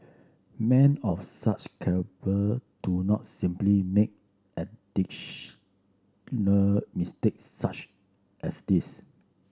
men of such do not simply make mistake such as this